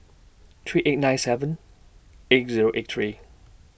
three eight nine seven eight Zero eight three